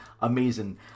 amazing